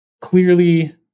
clearly